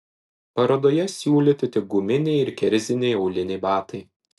parodoje siūlyti tik guminiai ir kerziniai auliniai batai